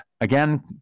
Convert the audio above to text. Again